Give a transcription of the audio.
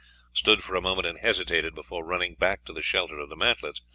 stood for a moment and hesitated before running back to the shelter of the mantlets,